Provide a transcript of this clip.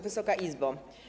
Wysoka Izbo!